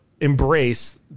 embrace